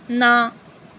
ਨਾ